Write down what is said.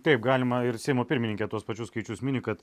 taip galima ir seimo pirmininkė tuos pačius skaičius mini kad